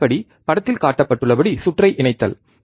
முதல் படி படத்தில் காட்டப்பட்டுள்ளபடி சுற்றை இணைத்தல்